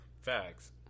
facts